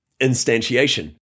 instantiation